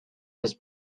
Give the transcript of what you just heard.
his